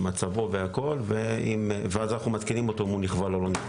מצבו ואם הוא נכבל או לא.